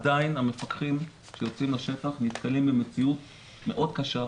עדיין המפקחים שיוצאים לשטח נתקלים במציאות מאוד קשה,